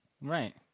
Right